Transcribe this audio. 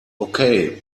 okay